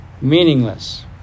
meaningless